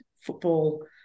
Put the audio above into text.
football